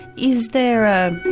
is there a